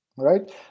right